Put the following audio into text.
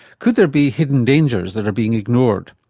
could there be hidden dangers that are being ignored?